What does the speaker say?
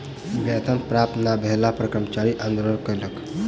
वेतन प्राप्त नै भेला पर कर्मचारी आंदोलन कयलक